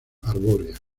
arbórea